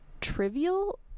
trivial